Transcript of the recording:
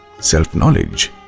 self-knowledge